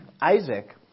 Isaac